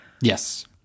Yes